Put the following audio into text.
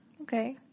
Okay